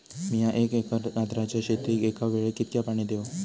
मीया एक एकर गाजराच्या शेतीक एका वेळेक कितक्या पाणी देव?